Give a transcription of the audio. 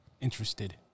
Interested